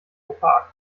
opak